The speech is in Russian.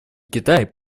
китай